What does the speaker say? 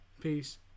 Peace